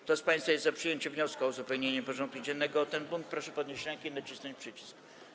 Kto z państwa jest za przyjęciem wniosku o uzupełnienie porządku dziennego o ten punkt, proszę podnieść rękę i nacisnąć przycisk.